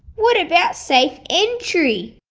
what about safe entry!